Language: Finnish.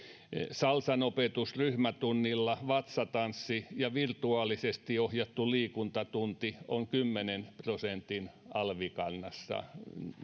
salsan opetus ryhmätunnilla vatsatanssi ja virtuaalisesti ohjattu liikuntatunti on kymmenen prosentin alvikannassa